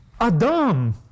Adam